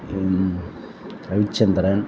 Ravichandran